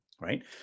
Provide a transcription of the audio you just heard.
right